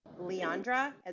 Leandra